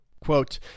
Quote